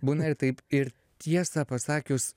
būna ir taip ir tiesą pasakius